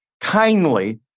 kindly